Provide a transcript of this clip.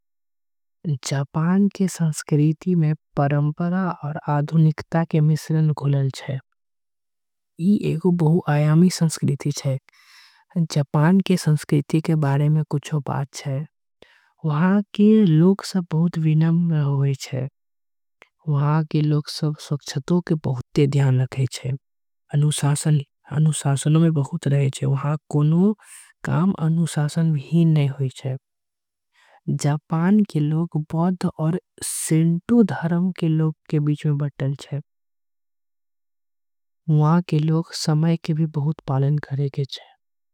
जापान के संस्कृति में परंपरा आऊर आधुनिकता के मिश्रण घुलल छे। ए हु बहू आगामी संस्कृति आय जापान के संस्कृति में कुछ तथ्य छे । वहां के लोग सब बहुत विनम्र रथे वहां के लोग स्वच्छता के बहुत। ध्यान रखल जाई छे अनुशासन बहुते छे वहां कोनो काम अनुशासन। हीन नई होवे जापान के लोग बौद्ध धर्म आऊ सेंतू धर्म के बीच में। बाते हैवेवहां के लोग समय के बहुत पालन करे छे।